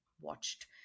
watched